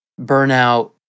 burnout